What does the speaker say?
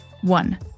One